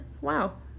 wow